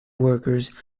workers